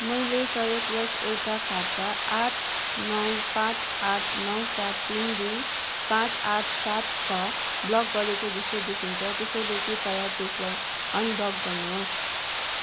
मैले संयोगवश एउटा खाता आठ नौ पाँच आठ नौ सात तिन दुई पाँच आठ सात छ ब्लक गरेको जस्तो देखिन्छ त्यसैले कृपया त्यसलाई अनब्लक गर्नु होस्